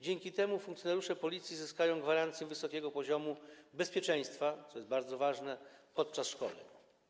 Dzięki temu funkcjonariusze Policji zyskają gwarancję wysokiego poziomu bezpieczeństwa, co jest bardzo ważne podczas szkoleń.